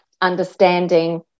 understanding